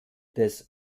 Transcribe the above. des